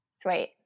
Sweet